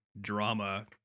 drama